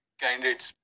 candidates